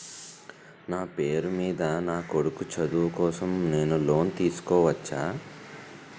నా పేరు మీద నా కొడుకు చదువు కోసం నేను లోన్ తీసుకోవచ్చా?